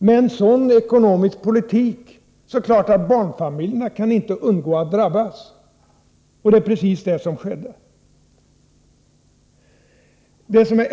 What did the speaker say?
Med en sådan ekonomisk politik kan barnfamiljerna naturligtvis inte undgå att drabbas, och det är precis vad som har skett.